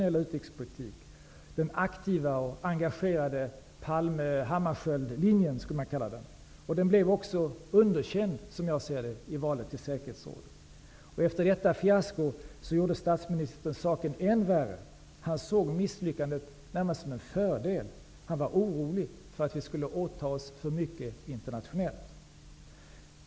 Med denna nya Hammarskjöldlinjen. Den blev också underkänd vid valet till säkerhetsrådet. Efter detta fiasko gjorde statsministern saken än värre. Han såg misslyckandet närmast som en fördel: Han var orolig för att Sverige skulle åta sig för mycket internationellt.